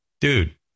dude